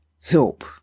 help